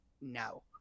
no